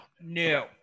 No